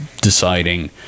deciding